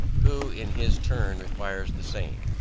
who in his turn requires the same.